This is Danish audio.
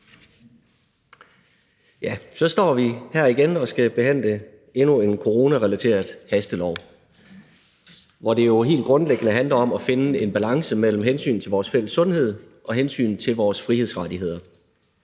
Så står vi her igen og skal behandle endnu et coronarelateret hastelovforslag, hvor det helt grundlæggende handler om at finde en balance mellem hensynet til vores fælles sundhed og hensynet til vores frihedsrettigheder.